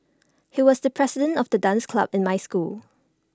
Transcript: he was the president of the dance club in my school